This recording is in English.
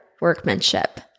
workmanship